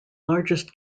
largest